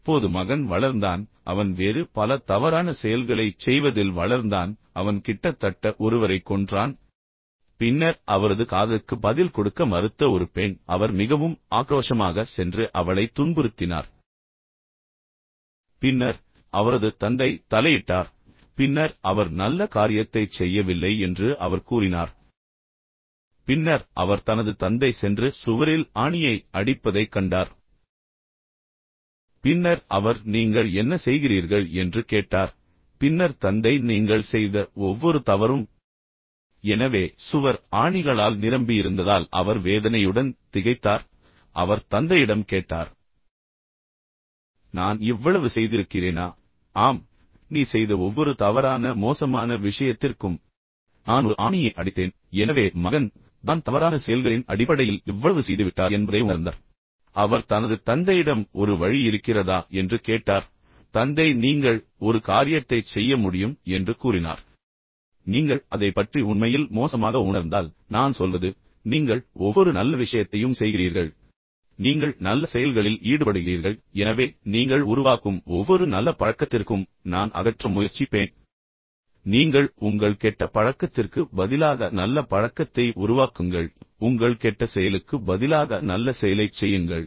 இப்போது மகன் வளர்ந்தான் அவன் வேறு பல தவறான செயல்களைச் செய்வதில் வளர்ந்தான் அவன் கிட்டத்தட்ட ஒருவரைக் கொன்றான் பின்னர் அவரது காதலுக்கு பதில் கொடுக்க மறுத்த ஒரு பெண் அவர் மிகவும் ஆக்ரோஷமாக சென்று அவளை துன்புறுத்தினார் பின்னர் அவரது தந்தை தலையிட்டார் பின்னர் அவர் நல்ல காரியத்தைச் செய்யவில்லை என்று அவர் கூறினார் பின்னர் அவர் தனது தந்தை சென்று சுவரில் ஆணியை அடிப்பதை கண்டார் பின்னர் அவர் நீங்கள் என்ன செய்கிறீர்கள் என்று கேட்டார் பின்னர் தந்தை நீங்கள் செய்த ஒவ்வொரு தவறும் உங்கள் ஒவ்வொரு கெட்ட பழக்கத்திற்கும் நான் சுவரில் ஒரு ஆணியை அடித்துக்கொண்டிருந்தேன் மகன் மிகவும் உணர்ச்சிபூர்வமாக ஆனான் எனவே சுவர் நகங்களால் நிரம்பியிருந்ததால் அவர் வேதனையுடன் திகைத்தார் எனவே அவர் தந்தையிடம் கேட்டார் நான் இவ்வளவு செய்திருக்கிறேனா ஆம் நீ செய்த ஒவ்வொரு தவறான மோசமான விஷயத்திற்கும் நான் ஒரு ஆணியை அடித்தேன் எனவே மகன் தான் தவறான செயல்களின் அடிப்படையில் இவ்வளவு செய்துவிட்டார் என்பதை உணர்ந்தார் எனவே அவர் தனது தந்தையிடம் ஒரு வழி இருக்கிறதா என்று கேட்டார் எனவே தந்தை நீங்கள் ஒரு காரியத்தைச் செய்ய முடியும் என்று கூறினார் நீங்கள் அதைப் பற்றி உண்மையில் மோசமாக உணர்ந்தால் நீங்கள் மாற்றத்தை விரும்பினால் நான் சொல்வது நீங்கள் ஒவ்வொரு நல்ல விஷயத்தையும் செய்கிறீர்கள் நீங்கள் நல்ல செயல்களில் ஈடுபடுகிறீர்கள் எனவே நீங்கள் உருவாக்கும் ஒவ்வொரு நல்ல பழக்கத்திற்கும் நான் அகற்ற முயற்சிப்பேன் எனவே நீங்கள் உங்கள் கெட்ட பழக்கத்திற்கு பதிலாக நல்ல பழக்கத்தை உருவாக்குங்கள் உங்கள் கெட்ட செயலுக்கு பதிலாக நல்ல செயலைச் செய்யுங்கள்